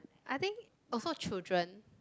I think also children